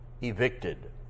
evicted